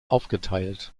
aufgeteilt